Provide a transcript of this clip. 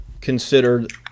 considered